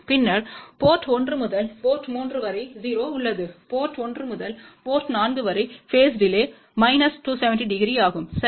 பின்னர் போர்ட் 1 முதல் போர்ட் 3 வரை 0 உள்ளதுபோர்ட் 1 முதல் போர்ட் 4 வரை பேஸ் டிலே மைனஸ் 270 டிகிரி ஆகும் சரி